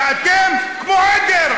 ואתם כמו עדר,